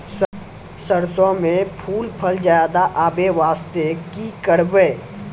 सरसों म फूल फल ज्यादा आबै बास्ते कि करबै?